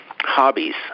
hobbies